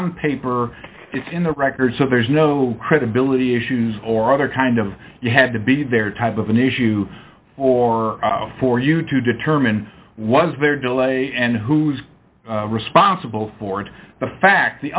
on paper it's in the record so there's no credibility issues or other kind of you had to be there type of an issue or for you to determine was there delay and who's responsible for it the fact